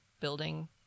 building